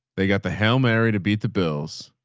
they got the hail mary to beat the bills.